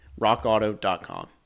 rockauto.com